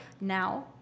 now